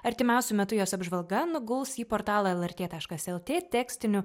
artimiausiu metu jos apžvalga nuguls į portalą lrt taškas lt tekstiniu